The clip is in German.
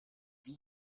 wie